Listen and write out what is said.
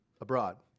abroad